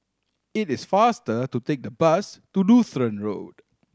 it is faster to take the bus to Lutheran Road